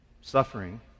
Suffering